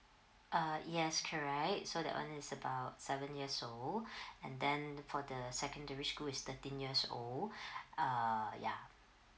uh yes correct so the one is about seven years old and then for the secondary school is thirteen years old uh ya